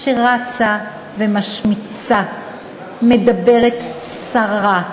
שרצה ומשמיצה, מדברת סרה,